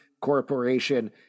Corporation